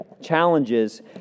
challenges